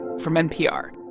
from npr